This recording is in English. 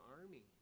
army